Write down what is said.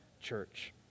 church